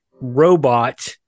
robot